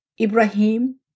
Ibrahim